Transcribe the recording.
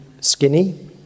skinny